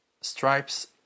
stripes